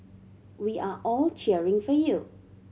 we are all cheering for you